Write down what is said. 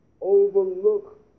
overlook